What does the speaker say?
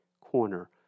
corner